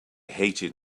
hated